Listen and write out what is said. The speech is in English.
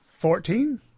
Fourteen